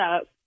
up